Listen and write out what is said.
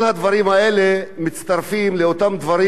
כל הדברים האלה מצטרפים לאותם דברים,